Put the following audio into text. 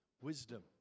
Wisdom